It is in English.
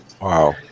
Wow